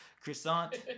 Croissant